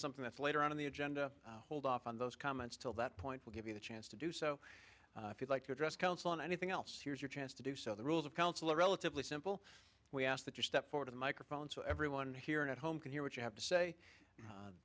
something that's later on in the agenda hold off on those comments till that point will give you the chance to do so if you'd like to address council and anything else here's your chance to do so the rules of council relatively simple we ask that you step for the microphone so everyone here at home can hear what you have to say